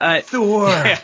Thor